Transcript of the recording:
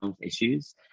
issues